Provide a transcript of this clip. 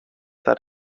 that